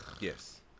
Yes